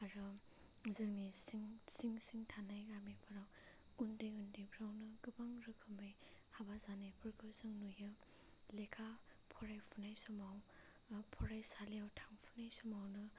आरो जोंनि सिं सिं सिं थानाय गामिफोराव उन्दै उन्दैफ्रावनो गोबां रोखोमै हाबा जानायफोरखौ जों नुयो लेखा फरायफुनाय समाव बा फरायसालियाव थांफुनाय समावनो